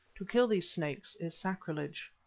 to kill these snakes is sacrilege.